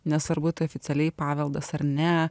nesvarbu tai oficialiai paveldas ar ne